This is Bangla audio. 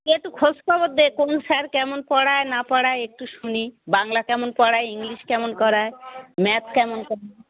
তুই একটু খোঁজ খবর দে কোন স্যার কেমন পড়ায় না পড়ায় একটু শুনি বাংলা কেমন পড়ায় ইংলিশ কেমন করায় ম্যাথস কেমন করায়